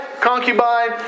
concubine